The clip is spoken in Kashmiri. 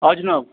آ جِناب